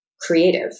creative